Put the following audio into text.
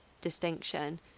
distinction